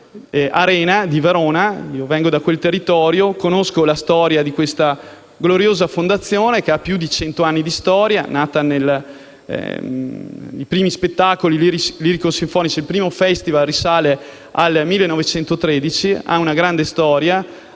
Vengo da quel territorio e conosco la storia di questa gloriosa Fondazione, che ha più di cento anni di storia, in quanto i primi spettacoli lirico-sinfonici e il primo festival risalgono al 1913. Ha una grande storia